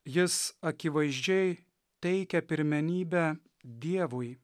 jis akivaizdžiai teikia pirmenybę dievui